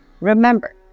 remember